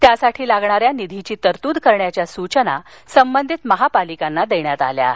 त्यासाठी लागणाऱ्या निधीची तरतूद करण्याच्या सूचना संबंधित महापालिकांना देण्यात आल्या आहेत